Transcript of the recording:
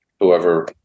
whoever